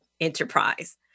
Enterprise